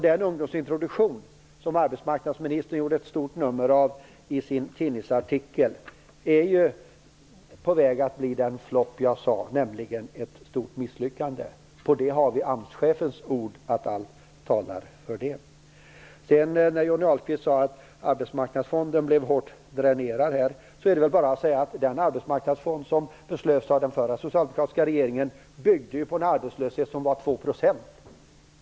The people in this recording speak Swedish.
Den ungdomsintroduktion som arbetsmarknadsministern gjorde ett stort nummer av i sin tidningsartikel är på väg att bli den flopp jag sade, nämligen ett stort misslyckande. Vi har AMS-chefens ord på att allt talar för det. Johnny Ahlqvist sade att Arbetsmarknadsfonden blev hårt dränerad. Det är väl bara att säga att den arbetsmarknadsfond som den förra socialdemokratiska regeringen fattade beslut om byggde på en arbetslöshet som var 2 %.